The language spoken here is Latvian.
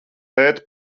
tēt